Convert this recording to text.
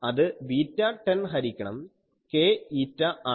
അത് β10 ഹരിക്കണം k η ആണ്